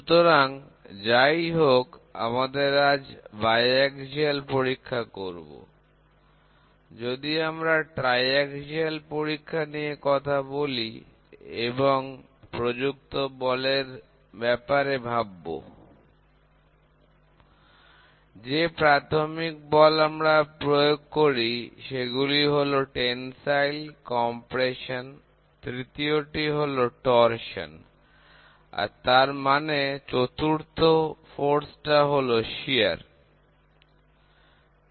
সুতরাং যাই হোক আমাদের আজ দ্বিঅক্ষীয় পরীক্ষা করব যদি আমরা ত্রিঅক্ষীয় পরীক্ষা নিয়ে কথা বলি এবং এবং প্রযুক্ত বলের ব্যাপারে ভাববো যে প্রাথমিক বল আমরা প্রয়োগ করি সেগুলো হলো প্রসারণসাধ্য সংকোচন তৃতীয়টি হলো মোচড়ানো আর তার সাথে চতুর্থ টা হল কৃন্তন বল